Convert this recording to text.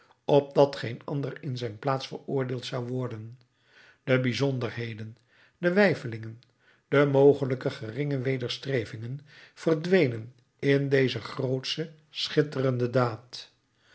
opdat geen ander in zijn plaats veroordeeld zou worden de bijzonderheden de weifelingen de mogelijk geringe wederstrevingen verdwenen in deze grootsche schitterende daad